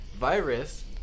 virus